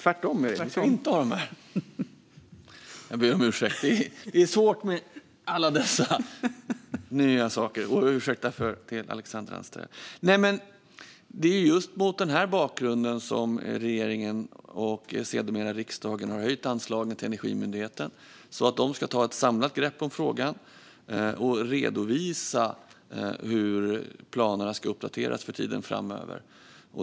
Fru talman! Det är just mot den här bakgrunden som regeringen och sedermera riksdagen har höjt anslagen till Energimyndigheten så att man där ska ta ett samlat grepp om frågan och redovisa hur planerna ska uppdateras för tiden framöver.